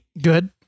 Good